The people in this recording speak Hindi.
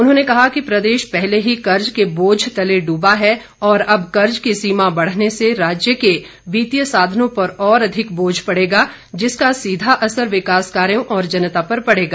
उन्होंने कहा कि प्रदेश पहले ही कर्ज के बोझ तले डूबा है और अब कर्ज की सीमा बढ़ने से राज्य के वित्तीय साधनों पर और अधिक बोझ पड़ेगा जिसका सीधा असर विकास कार्यो और जनता पर पड़ेगा